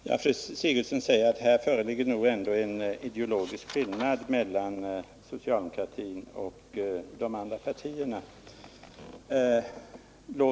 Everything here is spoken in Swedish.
Herr talman! Fru Sigurdsen säger att det föreligger en ideologisk skillnad mellan socialdemokraterna och de borgerliga partierna i denna fråga.